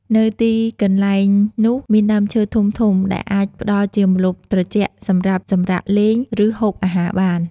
នៅទីកន្លែងនោះមានដើមឈើធំៗដែលអាចផ្តល់ជាម្លប់ត្រជាក់សម្រាប់សម្រាកលេង ឬហូបអាហារបាន។